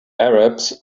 arabs